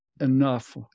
enough